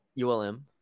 ULM